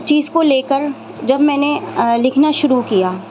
چیز کو لے کر جب میں نے لکھنا شروع کیا